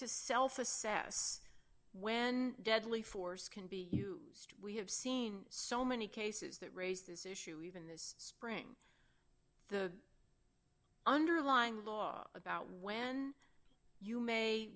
to self assess when deadly force can be used we have seen so many cases that raise this issue as spring the underlying law about when you may